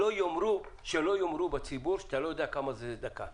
שלא יאמרו בציבור שאתה לא יודע כמה זמן היא דקה.